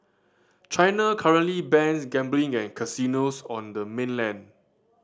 China currently bans gambling and casinos on the mainland